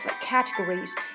categories